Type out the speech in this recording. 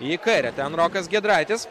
į kairę ten rokas giedraitis